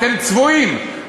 אתם צבועים.